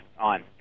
on